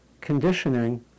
conditioning